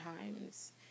times